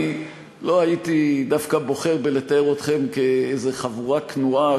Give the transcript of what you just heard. אבל אני לא הייתי דווקא בוחר לתאר אתכם כאיזו חבורה כנועה,